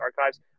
archives